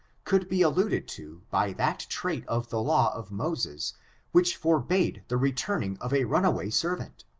could be alluded to by that trait of the law of moses which forbade the re turning of a runaway servant.